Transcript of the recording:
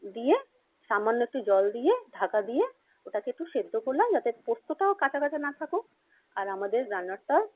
দিয়ে সামান্য একটু জল দিয়ে ঢাকা দিয়ে ওটাকে একটু সেদ্ধ করলাম যাতে পোস্তটাও কাঁচা কাঁচা না থাকুক আর আমাদের রান্নাটা